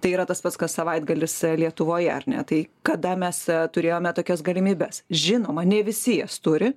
tai yra tas pats kas savaitgalis lietuvoje ar ne tai kada mes turėjome tokias galimybes žinoma ne visi jas turi